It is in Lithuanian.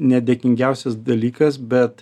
nedėkingiausias dalykas bet